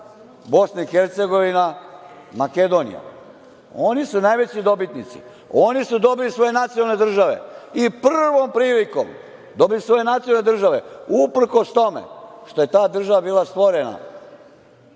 BiH, Makedonija. Oni su najveći dobitnici. Oni su dobili svoje nacionalne države i prvom prilikom, dobili su svoje nacionalne države, uprkos tome što je ta država bila stvorena